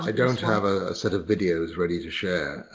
i don't have a set of videos ready to share,